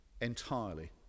entirely